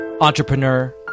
entrepreneur